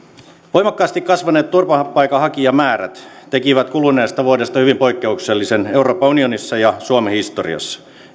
voimakkaasti kasvaneet turvapaikanhakijamäärät tekivät kuluneesta vuodesta hyvin poikkeuksellisen euroopan unionissa ja suomen historiassa